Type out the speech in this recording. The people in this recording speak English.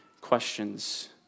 questions